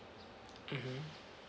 mmhmm